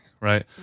right